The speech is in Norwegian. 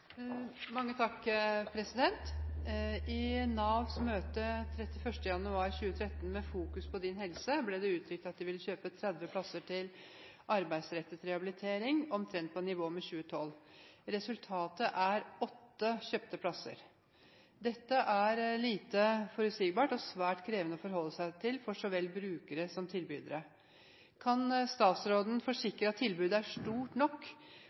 møte 31. januar 2013 med Fokus På Din Helse ble det uttrykt at de ville kjøpe 30 plasser til arbeidsrettet rehabilitering, omtrent på nivå med 2012. Resultatet er åtte kjøpte plasser. Dette er lite forutsigbart og svært krevende å forholde seg til for så vel brukere som tilbydere. Kan statsråden forsikre at tilbudet er stort nok